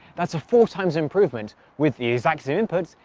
that's a four times improvement with the exact same inputs,